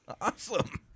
awesome